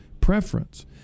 preference